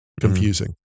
confusing